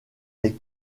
est